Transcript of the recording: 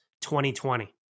2020